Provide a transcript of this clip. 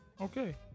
Okay